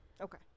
Okay